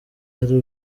hari